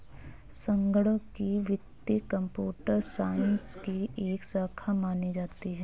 संगणकीय वित्त computer science की एक शाखा मानी जाती है